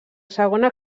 segona